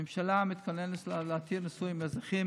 הממשלה מתכוננת להתיר נישואים אזרחיים